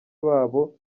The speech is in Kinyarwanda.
babo